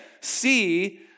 see